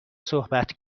صحبت